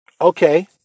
Okay